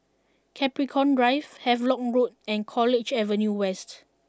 Capricorn Drive Havelock root and College Avenue West